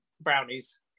brownies